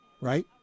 right